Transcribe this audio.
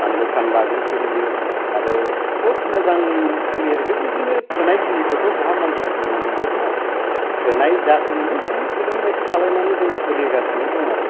फानलु फानलाजों सोलियो आरो खुब मोजां सोलियो आरोखि बिदिनो थोनायखिनिखौथ' बहा मानसि जिबनाव मोनजोबनो थोनाय जायखौ मोनो बेखौनो थोदों बादि खालामनानै जों सोलिगासिनो दं आरो